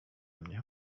mnie